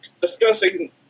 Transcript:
discussing